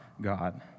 God